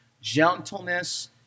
gentleness